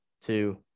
two